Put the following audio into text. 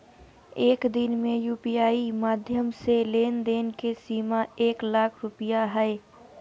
एक दिन में यू.पी.आई माध्यम से लेन देन के सीमा एक लाख रुपया हय